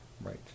Right